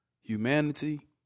humanity